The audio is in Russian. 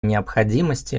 необходимости